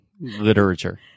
Literature